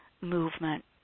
movement